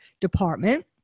department